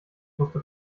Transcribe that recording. musste